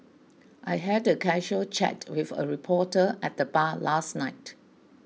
I had a casual chat with a reporter at the bar last night